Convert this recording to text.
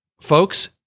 folks